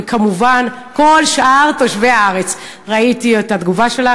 וכמובן כל שאר תושבי הארץ ראיתי את התגובה שלך,